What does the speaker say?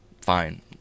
fine